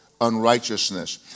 unrighteousness